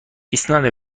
ایسنا